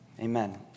Amen